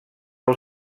als